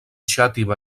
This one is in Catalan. xàtiva